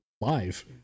live